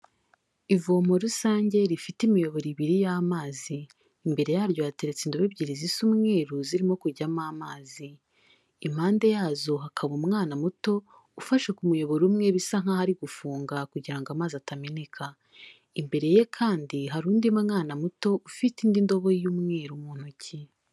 Ivomo rusange rifite imiyoboro ibiri y'amazi, imbere yaryo hateretse indobo ebyiri zisa umweru zirimo kujyamo amazi, impande yazo hakaba umwana muto ufashe ku muyoboro umwe bisa nk'aho ari gufunga kugira ngo amazi atameneka, imbere ye kandi hari undi mwana muto ufite indi ndobo y'umweru mu ntoki.